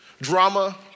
drama